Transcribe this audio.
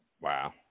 Wow